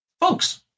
folks